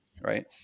right